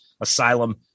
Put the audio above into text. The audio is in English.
Asylum